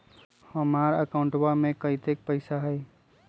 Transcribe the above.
हमार अकाउंटवा में कतेइक पैसा हई?